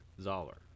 Zoller